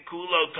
Kulo